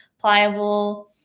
pliable